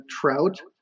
trout